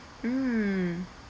mm